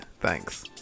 thanks